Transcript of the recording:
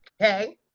okay